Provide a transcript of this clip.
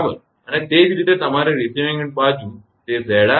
અને તે જ રીતે તમારી રિસીવીંગ એન્ડ બાજુ તે 𝑍𝑟−𝑍𝑐𝑍𝑟𝑍𝑐 છે